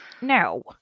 No